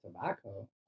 tobacco